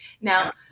Now